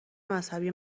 مذهبی